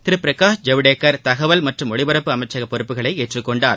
திரு பிரகாஷ் ஜவடேகர் தகவல் மற்றும் ஒலிபரப்பு அமைச்சக பொறுப்புகளை ஏற்றுக்கொண்டார்